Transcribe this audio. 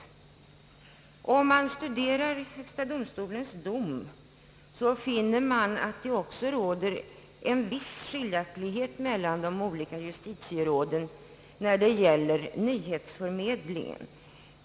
Vid ett studium av HD:s dom finner man, att det också råder en viss skiljaktighet mellan de olika justitieråden när det gäller nyhetsförmedlingen.